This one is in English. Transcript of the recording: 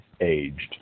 aged